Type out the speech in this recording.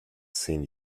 seen